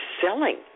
selling